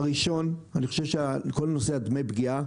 הראשון, כל נושא דמי הפגיעה